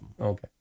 Okay